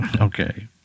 Okay